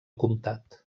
comtat